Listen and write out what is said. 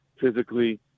physically